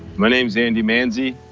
my name's andy manzi.